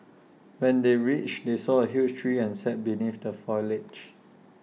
when they reached they saw A huge tree and sat beneath the foliage